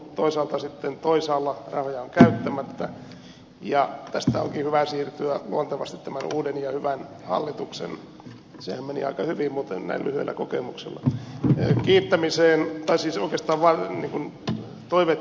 toisaalta sitten toisaalla rahoja on käyttämättä ja tästä onkin hyvä siirtyä luontevasti tämän uuden ja hyvän hallituksen sehän meni muuten aika hyvin näin lyhyellä kokemuksella kiittämiseen tai oikeastaan toiveitten esittämiseen